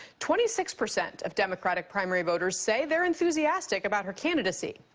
twenty six percent of democratic primary voters say they're enthusiastic about her candidacy.